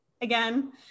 Again